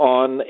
on